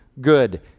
good